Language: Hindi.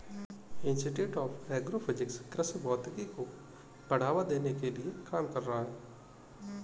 इंस्टिट्यूट ऑफ एग्रो फिजिक्स कृषि भौतिकी को बढ़ावा देने के लिए काम कर रहा है